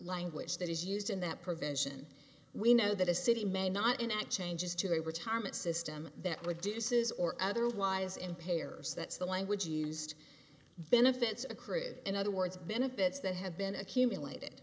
language that is used in that prevention we know that a city may not enact change is to a retirement system that would do says or otherwise impairs that's the language used benefits accrue in other words benefits that have been accumulated